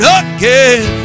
again